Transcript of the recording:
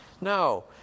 No